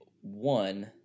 one